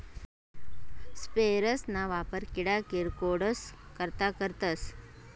sprayers ना वापर किडा किरकोडस करता करतस